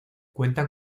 cuenta